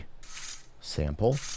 sample